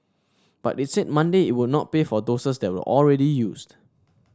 but it said Monday it would not pay for doses that were already used